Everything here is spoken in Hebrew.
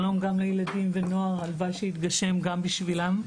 גם לילדים ונוער והלוואי וזה יתגשם גם בשבילם.